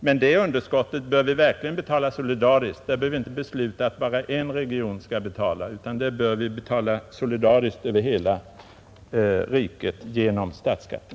Vi bör inte följa ett system, som medför att bara en region skall betala det underskottet, utan det bör vi svara för solidariskt över hela riket genom statsskatten.